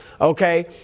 okay